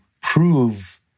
prove